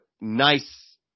nice